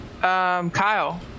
Kyle